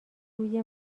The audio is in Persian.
روی